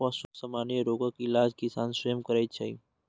पशुक सामान्य रोगक इलाज किसान स्वयं करै छै